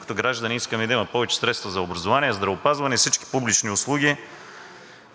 като граждани искаме да има повече средства за образование, здравеопазване и всички публични услуги.